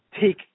Take